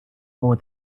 for